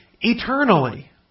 eternally